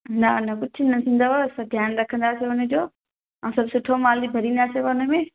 न न कुछ न थींदव असां ध्यान रखंदासि सभिनी जो ऐं सभु सुठो माल भरिंदासीं हुनमें